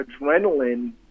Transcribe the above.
adrenaline